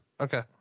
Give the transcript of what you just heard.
okay